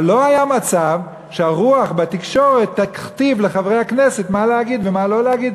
לא היה מצב שהרוח בתקשורת תכתיב לחברי הכנסת מה להגיד ומה לא להגיד,